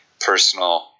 personal